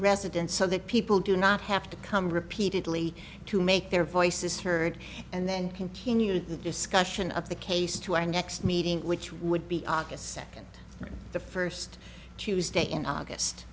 residence so that people do not have to come repeatedly to make their voices heard and continue the discussion of the case to our next meeting which would be august second the first tuesday in august